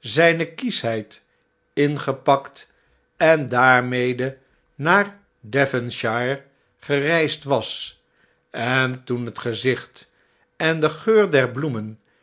zn'ne kieschheid ingepakt en daarmede naar devonshire gereisd was en toen het gezicht en de geur der bloemen